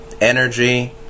energy